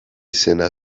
izena